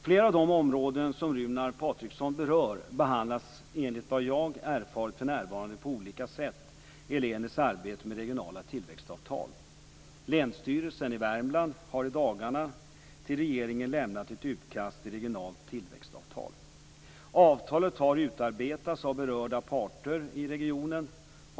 Flera av de områden som Runar Patriksson berör behandlas enligt vad jag erfarit för närvarande på olika sätt i länets arbete med regionala tillväxtavtal. Länsstyrelsen i Värmland har i dagarna till regeringen lämnat ett utkast till regionalt tillväxtavtal. Avtalet har utarbetats av berörda parter i regionen.